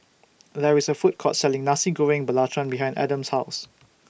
There IS A Food Court Selling Nasi Goreng Belacan behind Adams' House